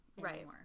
right